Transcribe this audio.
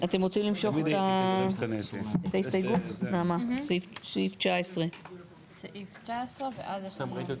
אתם רוצים למשוך את ההסתייגות בסעיף 19, נעמה?